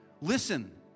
Listen